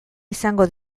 izango